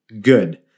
good